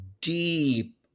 deep